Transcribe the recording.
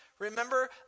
Remember